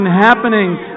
happening